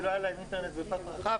כי לא היה להם אינטרנט בפס רחב.